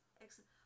Excellent